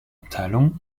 abteilung